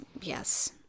yes